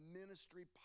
ministry